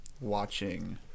watching